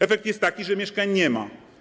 Efekt jest taki, że mieszkań nie ma.